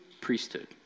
priesthood